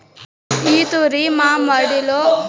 ఈ తూరి మా మడిలో ఉద్దాన పంటలేద్దామని అనుకొంటిమి